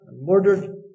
murdered